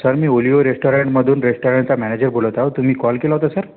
sir मी Oleo रेस्टॉरणमधून रेस्टॉरणचा मॅनेजर बोलत आहे तुम्ही कॉल केला होता सर